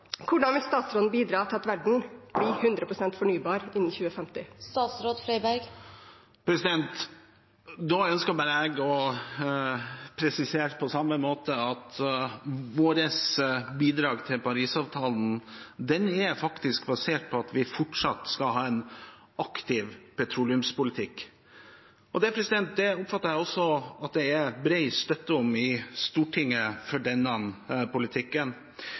Hvordan vil statsråden bidra til at verden blir 100 pst. fornybar innen 2050? Nå ønsker jeg på samme måte å presisere at vårt bidrag til Parisavtalen er basert på at vi fortsatt skal ha en aktiv petroleumspolitikk. Jeg oppfatter også at det er bred støtte for denne politikken i Stortinget. Det vil være behov for